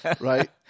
right